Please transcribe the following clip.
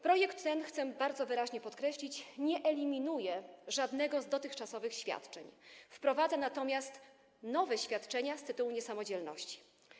Projekt ten, chcę to bardzo wyraźnie podkreślić, nie eliminuje żadnego z dotychczasowych świadczeń, wprowadza natomiast nowe świadczenia z tytułu niesamodzielności.